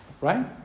right